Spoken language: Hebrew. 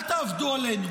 אל תעבדו עלינו.